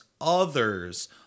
others